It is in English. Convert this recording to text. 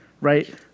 right